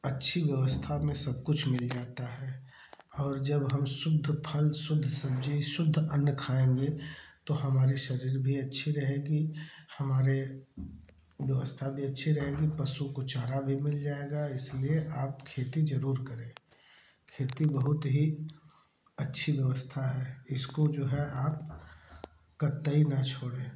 अच्छी व्यवस्था में सब कुछ मिल जाता है और जब हम शुद्ध फल शुद्ध सब्जी शुद्ध अन्न खाएंगे तो हमारे शरीर भी अच्छी रहेगी हमारे व्यवस्था भी अच्छी रहेगी पशु को चारा भी मिल जाएगा इसलिए आप खेती जरूर करें खेती बहुत ही अच्छी व्यवस्था है इसको जो है आप कत्तई ना छोड़ें